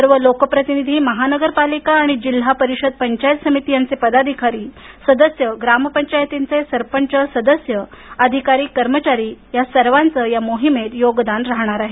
सर्व लोकप्रतिनिधी महानगरपालिका आणि जिल्हा परिषद पंचायत समिती यांचे पदाधिकारी सदस्य ग्रामपंचायतींचे सरपंच सदस्य अधिकारी कर्मचारी सर्वांचं या मोहिमेत योगदान राहणार आहे